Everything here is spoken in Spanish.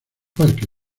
parque